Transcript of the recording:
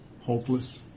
hopeless